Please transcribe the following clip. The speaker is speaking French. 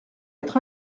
être